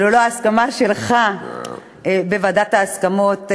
שללא ההסכמה שלך בוועדת ההסכמות,